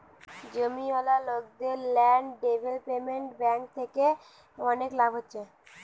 জমিওয়ালা লোকদের land development bank থিকে অনেক লাভ হচ্ছে